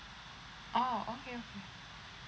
oh okay okay